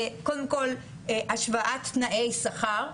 קודם כל השוואת תנאי שכר,